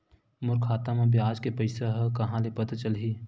मोर खाता म ब्याज के पईसा ह कहां ले पता चलही?